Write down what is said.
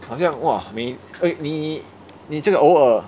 好像 !wah! 每 eh 你你这个偶尔